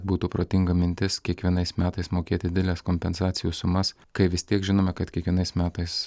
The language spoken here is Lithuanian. būtų protinga mintis kiekvienais metais mokėti dideles kompensacijų sumas kai vis tiek žinome kad kiekvienais metais